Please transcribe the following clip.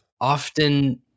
often